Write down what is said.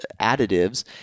additives